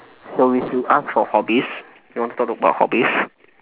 so we should ask for hobbies you want to talk about hobbies